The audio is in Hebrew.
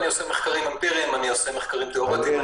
עושה מחקרים אמפיריים ומחקרים תיאורטיים,